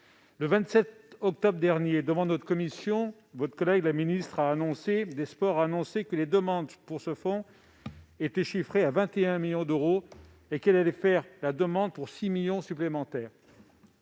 Le 27 octobre dernier, devant notre commission, votre collègue ministre chargée des sports a annoncé que les demandes pour ce fonds se chiffraient à 21 millions d'euros et qu'elle allait demander 6 millions d'euros supplémentaires.